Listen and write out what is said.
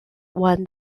won